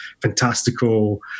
fantastical